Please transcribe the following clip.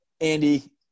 Andy